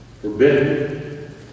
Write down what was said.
forbidden